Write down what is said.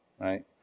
right